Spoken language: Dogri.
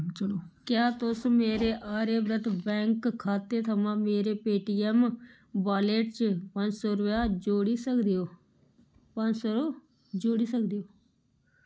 क्या तुस मेरे आर्यव्रत बैंक खाते थमां मेरे पेटीऐम्म वालेट च पंज सौ रपेया जोड़ी सकदे ओ पंज सौ जोड़ी सकदे ओ